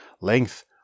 length